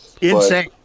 insane